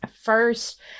First